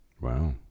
Wow